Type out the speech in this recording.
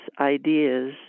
ideas